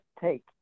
take